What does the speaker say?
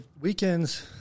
weekends